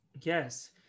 Yes